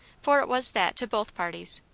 for it was that to both parties.